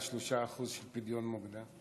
ה-3% של פדיון מוקדם?